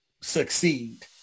succeed